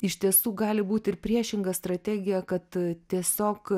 iš tiesų gali būti ir priešinga strategija kad tiesiog